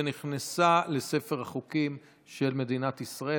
ונכנסה לספר החוקים של מדינת ישראל.